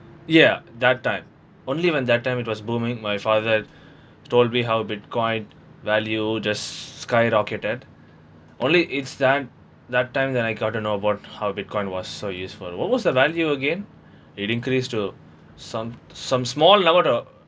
ya that time only when that time it was booming my father told me how bitcoin value just skyrocketed only it's that that time then I got to know about how bitcoin was so useful what was the value again it increase to some some small number to